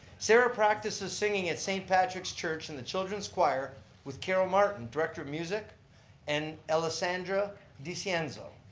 sara practices singing at st. patrick's church in the children's choir with carol martin director of music and alessandra dicienzo